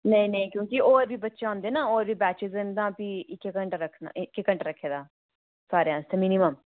नेईं नेईं क्योंकि होर बी बच्चे होंदे न होर बी बैचेस हैन ना फ्ही इक्कै घंटा रखना इक्कै घंटा रक्खे दा सारें आस्तै मिनीमम